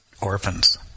orphans